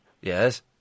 Yes